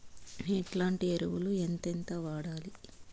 ఎట్లాంటి ఎరువులు ఎంతెంత వాడాలి?